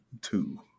two